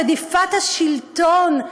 רדיפת השלטון.